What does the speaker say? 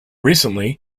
recently